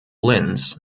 linz